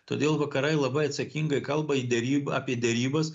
todėl vakarai labai atsakingai kalbai į deryb apie derybas